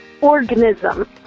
Organism